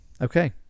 okay